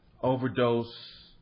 overdose